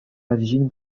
арҫын